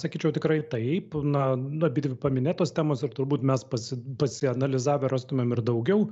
sakyčiau tikrai taip na abidvi paminėtos temos ir turbūt mes pasi pasianalizavę rastumėm ir daugiau